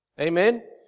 Amen